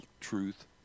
truth